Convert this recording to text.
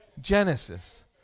Genesis